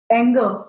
anger